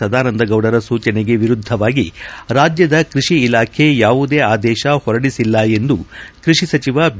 ಸದಾನಂದಗೌಡರ ಸೂಚನೆಗೆ ವಿರುದ್ದವಾಗಿ ರಾಜ್ಯದ ಕೈಷಿ ಇಲಾಖೆ ಯಾವುದೇ ಆದೇಶ ಹೊರಡಿಸಿಲ್ಲ ಎಂದು ಕೈಷಿ ಸಚಿವ ಬಿ